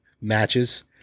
matches